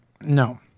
No